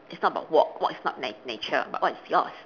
it's not about work work is not nat~ nature but what is yours